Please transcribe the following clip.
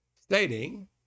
stating